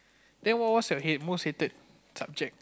then what what's your hate most hated subject